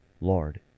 Lord